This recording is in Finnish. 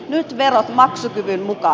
nyt verot maksukyvyn mukaan